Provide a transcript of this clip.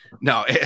no